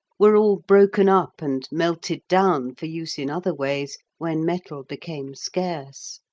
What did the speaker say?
were all broken up and melted down for use in other ways when metal became scarce.